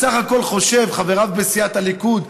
חבריו בסיעת הליכוד,